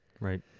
Right